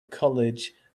college